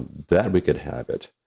that we could have it